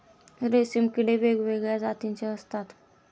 रेशीम किडे वेगवेगळ्या जातीचे असतात